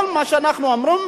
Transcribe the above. כל מה שאנחנו אומרים: